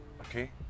okay